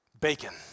bacon